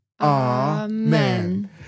Amen